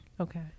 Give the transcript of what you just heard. Okay